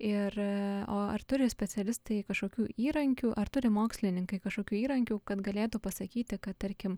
ir o ar turi specialistai kažkokių įrankių ar turi mokslininkai kažkokių įrankių kad galėtų pasakyti kad tarkim